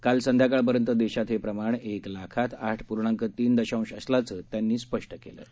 काल संध्याकाळपर्यंत देशात हे प्रमाण एक लाखात आठ पूर्णांक तीन दशांश असल्याचं त्यांनी स्पष्ट केलं आहे